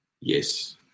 Yes